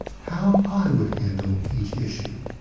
how i would handle each issue.